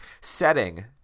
Setting